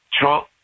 Trump